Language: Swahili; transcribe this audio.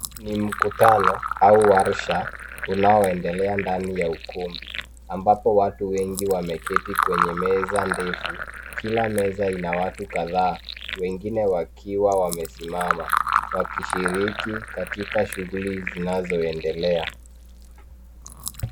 Ni mkutano au warsha unaoendelea ndani ya ukumbi ambapo watu wengi wameketi kwenye meza ndefu. Kila meza ina watu kadhaa wengine wakiwa wamesimama wakishiriki katika shughuli zinazoendelea.